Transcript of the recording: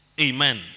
Amen